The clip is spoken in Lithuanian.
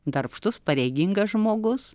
darbštus pareigingas žmogus